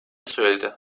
söyledi